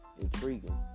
intriguing